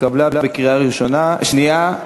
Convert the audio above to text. התקבלה בקריאה שנייה.